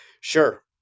Sure